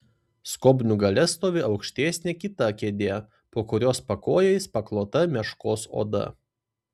skobnių gale stovi aukštesnė kita kėdė po kurios pakojais paklota meškos oda